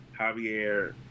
Javier